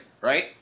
right